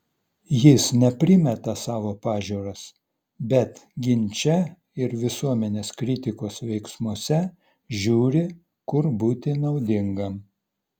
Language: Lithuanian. jis ne primeta savo pažiūras bet ginče ir visuomenės kritikos veiksmuose žiūri kur būti naudingam